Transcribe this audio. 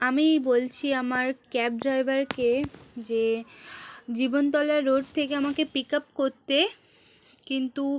আমি বলছি আমার ক্যাব ড্রাইভারকে যে জীবনতলা রোড থেকে আমাকে পিক আপ করতে কিন্তু